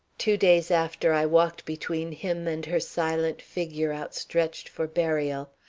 two days after, i walked between him and her silent figure outstretched for burial.